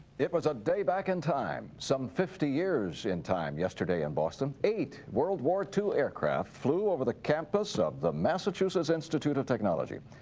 it was a day back in time, some fifty years in time, yesterday in boston. eight world war ii aircraft flew over the campus of the massachusetts institute of technology.